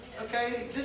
Okay